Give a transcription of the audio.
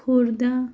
Khordha